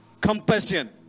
compassion